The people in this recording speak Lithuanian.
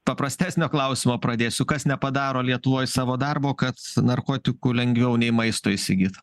paprastesnio klausimo pradėsiu kas nepadaro lietuvoj savo darbo kad narkotikų lengviau nei maisto įsigyt